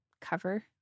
cover